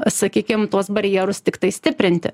sakykim tuos barjerus tiktai stiprinti